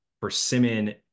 Persimmon